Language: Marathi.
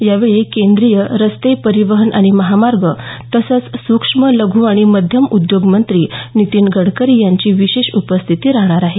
यावेळी केंद्रीय रस्ते परिवहन आणि महामार्ग तसंच सूक्ष्म लघ् आणि मध्यम उद्योग मंत्री नितीन गडकरी यांची विशेष उपस्थिती राहणार आहे